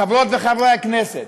חברות וחברי הכנסת,